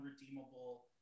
redeemable